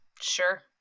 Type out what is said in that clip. Sure